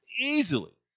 easily